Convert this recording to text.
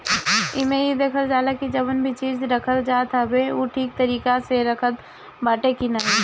एमे इ देखल जाला की जवन भी चीज रखल जात हवे उ ठीक तरीका से रखात बाटे की नाही